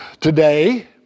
today